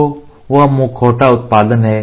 तो वह मुखौटा उत्पादन है